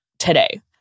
Today